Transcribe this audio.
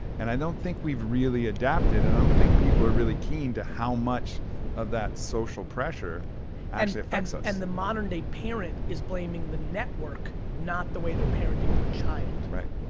and i don't think we've really adapted. and i don't think people are really keen to how much of that social pressure actually affects us. and the modern day parent is blaming the network, not the way they're parenting their child. right.